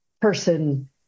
person